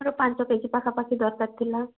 ଆମର ପାଞ୍ଚ K G ପାଖାପାଖି ଦରକାର ଥିଲା